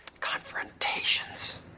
confrontations